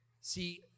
See